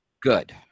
Good